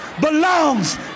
belongs